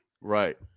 Right